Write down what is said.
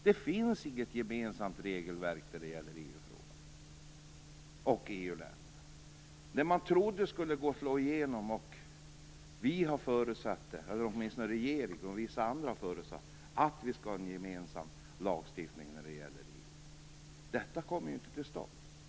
Det finns inget gemensamt regelverk i EU-länderna. Man trodde att det skulle gå, och regeringen har förutsatt att vi skall ha en gemensam lagstiftning med EU. Detta kommer inte till stånd.